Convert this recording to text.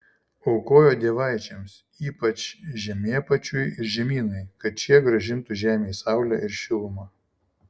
aukojo dievaičiams ypač žemėpačiui ir žemynai kad šie grąžintų žemei saulę ir šilumą